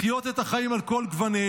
לחיות את החיים על כל גווניהם,